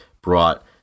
brought